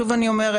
שוב אני אומרת,